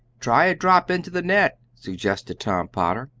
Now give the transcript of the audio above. try a drop into the net, suggested tom potter.